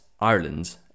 Ireland